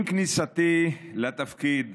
עם כניסתי לתפקיד